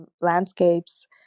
landscapes